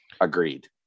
agreed